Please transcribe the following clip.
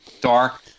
dark